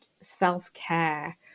self-care